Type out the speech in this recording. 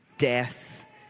Death